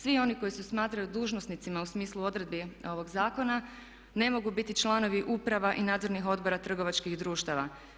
Svi oni koji se smatraju dužnosnicima u smislu odredbi ovog zakona ne mogu biti članovi uprava i nadzornih odbora trgovačkih društava.